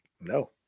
no